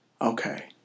Okay